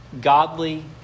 godly